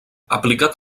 aplicat